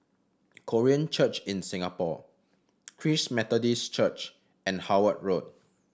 Korean Church in Singapore Christ Methodist Church and Howard Road